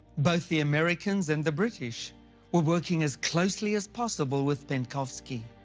both the americans and the british were working as closely as possible with penkovsky,